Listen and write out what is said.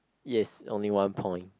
yes only one point